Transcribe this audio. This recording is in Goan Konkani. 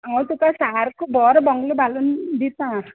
हांव तुका सारको बरो बोंगलो बांदून दिता